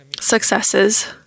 successes